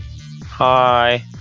Hi